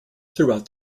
throughout